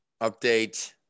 update